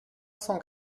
cent